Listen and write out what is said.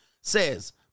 says